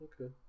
Okay